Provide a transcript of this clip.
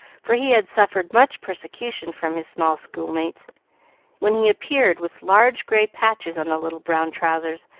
for he had suffered much persecution from his small schoolmates when he appeared with large gray patches on the little brown trousers,